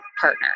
partner